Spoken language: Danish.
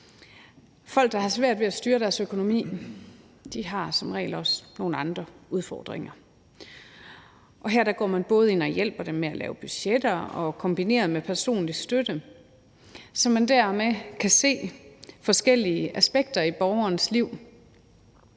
Folk, der har svært ved at styre deres økonomi, har som regel også nogle andre udfordringer, og her går man både ind og hjælper dem med at lave budgetter og kombinerer det med personlig støtte, så man dermed kan se på forskellige aspekter i borgerens liv.